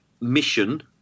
mission